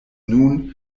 nun